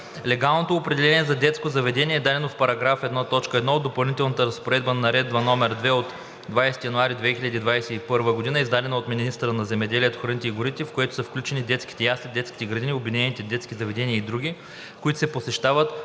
Легалното определение за детско заведение е дадено в § 1, т. 1 от Допълнителната разпоредба на Наредба № 2 от 20 януари 2021 г., издадена от министъра на земеделието, храните и горите, в което са включени детските ясли, детските градини, обединените детски заведения и други, които се посещават